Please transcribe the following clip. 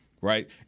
Right